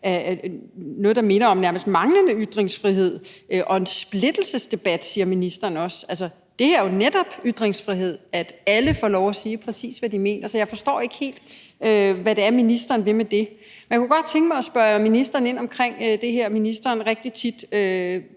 noget, der nærmest minder om manglende ytringsfrihed, og det har været en splittelsesdebat, siger ministeren også. Altså, det er jo netop ytringsfrihed, at alle får lov til at sige præcis, hvad de mener. Så jeg forstår ikke helt, hvad det er, ministeren vil med det. Men jeg kunne godt tænke mig at spørge ministeren til det her, som ministeren rigtig tit